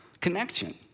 connection